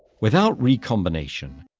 without recombination,